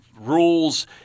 rules